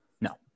No